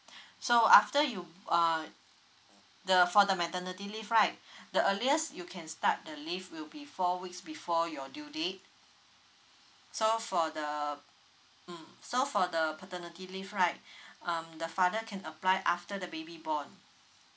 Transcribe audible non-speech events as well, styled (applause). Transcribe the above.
(breath) so after you uh the for the maternity leave right (breath) the earliest you can start the leave will be four weeks before your due date so for the mm so for the paternity leave right (breath) um the father can apply after the baby born